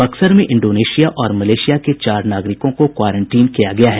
बक्सर में इंडोनेशिया और मलेशिया के चार नागरिकों को क्वारंटीन किया गया है